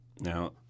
Now